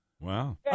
Wow